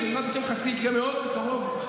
ובעזרת השם חצי יגיע מאוד בקרוב,